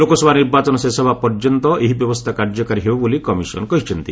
ଲୋକସଭା ନିର୍ବାଚନ ଶେଷ ହେବା ପର୍ଯ୍ୟନ୍ତ ଏହି ବ୍ୟବସ୍ଥା କାର୍ଯ୍ୟକାରୀ ହେବ ବୋଲି କମିଶନ କହିଛନ୍ତି